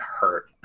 Hurt